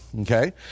okay